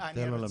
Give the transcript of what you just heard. תן לו להמשיך.